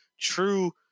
true